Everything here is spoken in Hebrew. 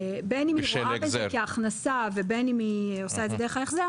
בין אם היא רואה בזה כהכנסה או בין אם היא עושה את זה דרך ההסדר